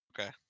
Okay